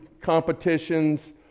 competitions